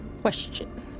Question